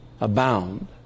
abound